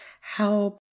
help